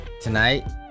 tonight